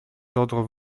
d’ordre